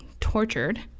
tortured